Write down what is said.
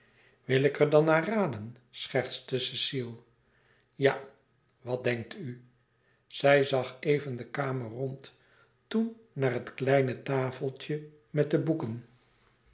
wil ik er dan naar raden schertste cecile ja wat denkt u zij zag even de kamer rond toen naar het kleine tafeltje met de boeken